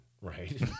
right